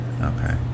Okay